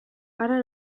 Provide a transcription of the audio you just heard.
hara